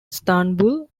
istanbul